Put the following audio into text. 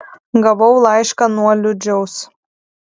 gavau laišką nuo liūdžiaus